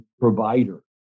provider